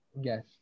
yes